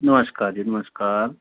ਨਮਸਕਾਰ ਜੀ ਨਮਸਕਾਰ